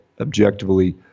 objectively